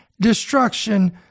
destruction